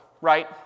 right